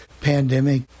pandemic